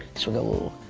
swiggle,